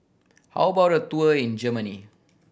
how about a tour in Germany